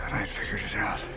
i'd figured it out. i